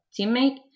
teammate